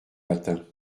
matin